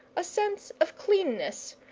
a sense of cleanness,